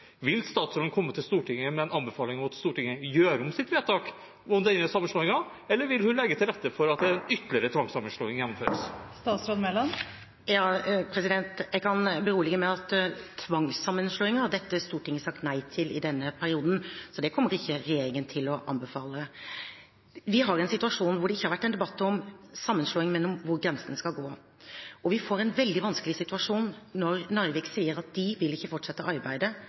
vil statsråden komme til Stortinget med en anbefaling om at Stortinget gjør om sitt vedtak om denne sammenslåingen? Eller vil hun legge til rette for at ytterligere en tvangssammenslåing gjennomføres? Jeg kan berolige med at dette Stortinget har sagt nei til tvangssammenslåing i denne perioden, så det kommer ikke regjeringen til å anbefale. Vi har en situasjon hvor det ikke har vært en debatt om sammenslåing, men om hvor grensene skal gå. Vi får en veldig vanskelig situasjon når Narvik sier at de ikke vil fortsette arbeidet